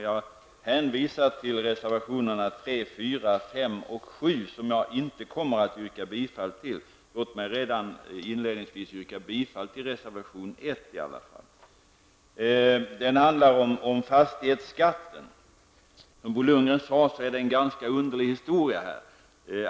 Jag hänvisar till reservationerna 3, 4, 5 och 7 som jag inte kommer att yrka bifall till. Inledningsvis yrkar jag i alla fall bifall till reservation 1. Denna reservation handlar om fastighetsskatten. Som Bo Lundgren sade är det här en ganska underlig historia.